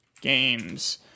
Games